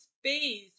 space